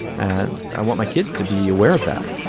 and i want my kids to be aware of that